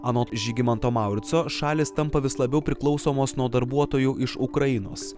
anot žygimanto maurico šalys tampa vis labiau priklausomos nuo darbuotojų iš ukrainos